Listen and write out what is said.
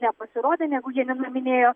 nepasirodė negu jie nenuminėjo